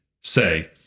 say